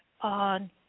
on